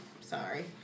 Sorry